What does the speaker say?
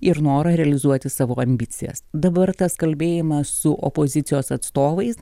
ir norą realizuoti savo ambicijas dabar tas kalbėjimas su opozicijos atstovais